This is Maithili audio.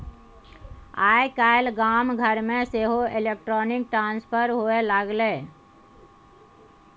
आय काल्हि गाम घरमे सेहो इलेक्ट्रॉनिक ट्रांसफर होए लागलै